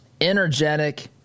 energetic